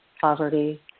poverty